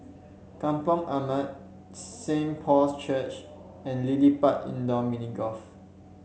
Kampong Ampat Saint Paul's Church and LilliPutt Indoor Mini Golf